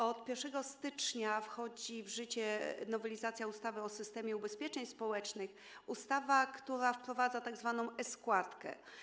Od 1 stycznia wchodzi w życie nowelizacja ustawy o systemie ubezpieczeń społecznych, ustawa, która wprowadza tzw. e-składkę.